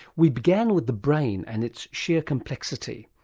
we began with the brain, and its sheer complexity,